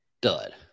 dud